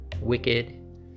Wicked